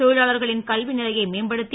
தொ ழிலாளர் களின் கல்வி நிலையை மேம்படுத் தி